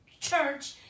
church